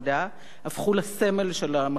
הפכו לסמל של המחלוקת הזאת.